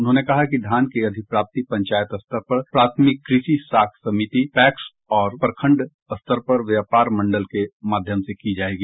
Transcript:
उन्होंने कहा कि धान की अधिप्राप्ति पंचायत स्तर पर प्राथमिक कृषि साख समिति पैक्स और प्रखंड स्तर पर व्यापार मंडल के माध्यम से की जाएगी